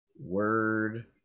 word